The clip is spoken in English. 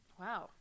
Wow